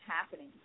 happening